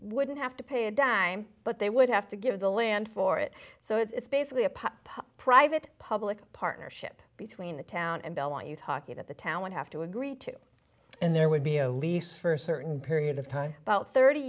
wouldn't have to pay a dime but they would have to give the land for it so it's basically a pop private public partnership between the town and bell want you talking about the town have to agree to it and there would be a lease for a certain period of time about thirty